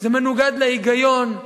זה מנוגד להיגיון,